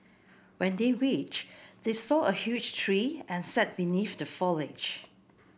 when they reached they saw a huge tree and sat beneath the foliage